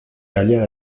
halla